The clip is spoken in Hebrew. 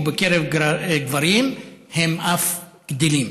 ובקרב גברים הם אף גדלים.